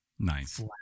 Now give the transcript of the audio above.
Nice